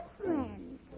friends